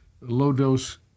low-dose